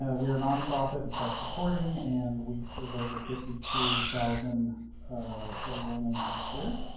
ah we are non-profit and self-supporting, and we serve over fifty two thousand enrollments each year.